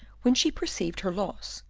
when she perceived her loss,